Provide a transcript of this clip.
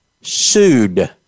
Sued